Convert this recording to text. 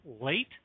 late